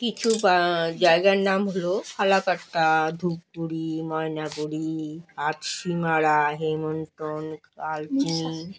কিছু বা জায়গার নাম হলো ফালাকাটা ধূপগুড়ি ময়নাগুড়ি আটসিমারা হেমন্তন কালচিনি